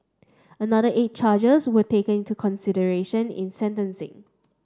another eight charges were taken into consideration in sentencing